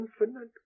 infinite